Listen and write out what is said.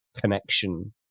connection